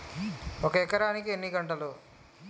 ఒక ఎకరానికి ఎన్ని గుంటలు?